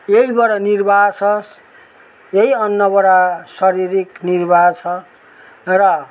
यसबाट निर्वाह छस् यही अन्नबाट शारीरिक निर्वाह छ र